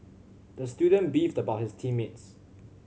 the student beefed about his team mates